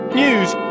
news